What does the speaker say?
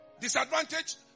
disadvantage